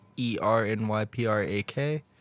E-R-N-Y-P-R-A-K